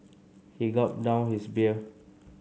he gulped down his beer